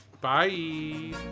Bye